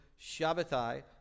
Shabbatai